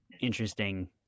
interesting